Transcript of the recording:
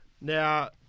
Now